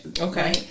okay